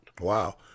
Wow